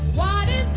why